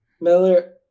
Miller